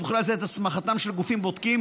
ובכלל זה את הסמכתם של גופים בודקים,